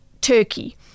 Turkey